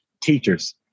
teachers